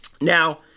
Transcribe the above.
Now